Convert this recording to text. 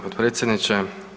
potpredsjedniče.